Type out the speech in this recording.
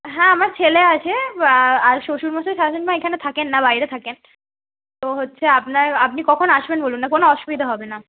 হ্যাঁ আমার ছেলে আছে আর শ্বশুরমশাই শাশুড়ি মা এখানে থাকেন না বাইরে থাকেন তো হচ্ছে আপনার আপনি কখন আসবেন বলুন না কোনো অসুবিধা হবে না